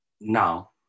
now